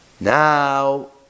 Now